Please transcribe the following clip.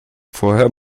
vorher